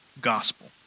gospel